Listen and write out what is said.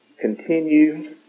continue